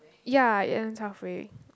ya it ends halfway